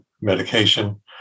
medication